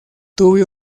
tuve